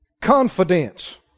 Confidence